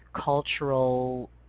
cultural